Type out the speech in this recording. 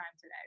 today